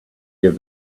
give